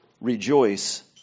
Rejoice